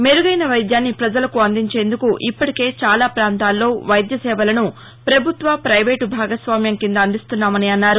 మెరుగైన వైద్యాన్ని ప్రజలకు అందించేందుకు ఇప్పటికే చాలా ప్రాంతాల్లో వైద్య సేవలను ప్రభుత్వ రైవేటు భాగస్వామ్యం కింద అందిస్తున్నామని అన్నారు